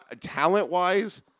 talent-wise